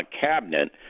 cabinet